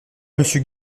monsieur